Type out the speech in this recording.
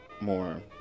more